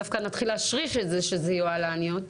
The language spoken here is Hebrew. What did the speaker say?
דווקא נתחיל להשריש את זה שזה יוהל"ניות.